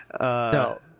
No